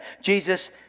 Jesus